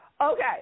Okay